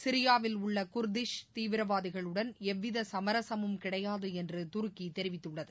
சிரியாவில் உள்ள குர்தீஷ் தீவிரவாதிகளுடன் எவ்வித சுமரசமும் கிடையாது என்று துருக்கி தெரிவித்துள்ளது